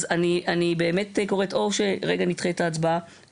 אז אני באמת קוראת לכך שאו שנדחה רגע את ההצבעה,